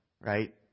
Right